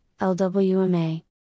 LWMA